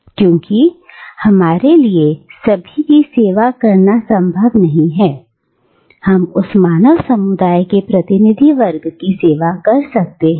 क्योंकि हमारे लिए सभी की सेवा करना संभव नहीं है हम उस मानव समुदाय के प्रतिनिधि वर्ग की सेवा कर सकते हैं